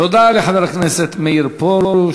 תודה לחבר הכנסת מאיר פרוש.